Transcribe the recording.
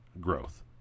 growth